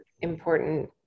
important